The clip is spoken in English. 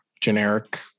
generic